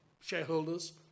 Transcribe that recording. shareholders